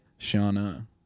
Shauna